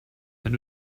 wenn